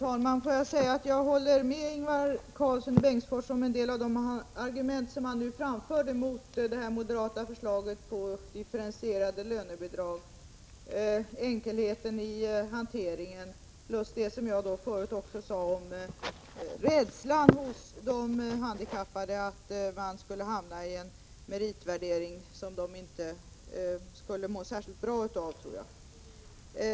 Herr talman! Jag håller med Ingvar Karlsson i Bengtsfors när det gäller en del av de argument som han nyss framförde mot det moderata förslaget om differentierade lönebidrag. Det gäller alltså enkelheten i hanteringen plus det som jag sade förut om rädslan hos de handikappade för att bli föremål för en meritvärdering som de, tror jag, inte skulle må särskilt bra av.